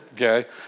okay